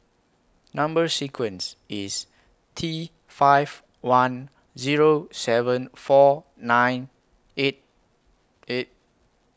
Number sequence IS T five one Zero seven four nine eight eight